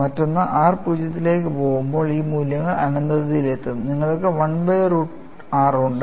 മറ്റൊന്ന് r പൂജ്യത്തിലേക്ക് പോകുമ്പോൾ ഈ മൂല്യങ്ങൾ അനന്തതയിലെത്തും നിങ്ങൾക്ക് 1 ബൈ റൂട്ട് r ഉണ്ട്